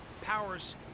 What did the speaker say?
powers